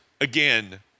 again